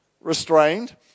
restrained